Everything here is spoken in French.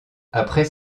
après